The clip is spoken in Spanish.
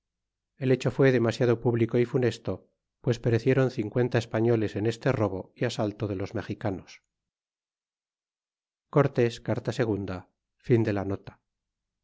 el hecho tut demasiado público y funesto piles perecieron cincuenta españoles en este robo y asalto de los mejicanos carta ii